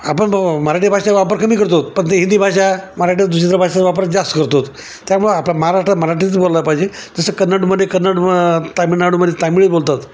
आपण ब मराठी भाषा वापर कमी करतो पण ते हिंदी भाषा मराठीत दुसऱ्याचा भाषेचा वापर जास्त करतो त्यामुळं आता महाराष्ट्रात मराठीच बोललं पाहिजे जसं कन्नडमध्ये कन्नड म तामिळनाडूमध्ये तामिळ बोलतात